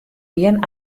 gjin